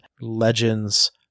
legends